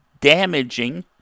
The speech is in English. damaging